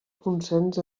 consens